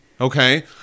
Okay